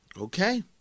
Okay